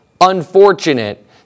unfortunate